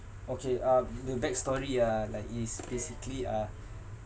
okay uh the backstory ah like is basically uh